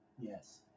Yes